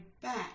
back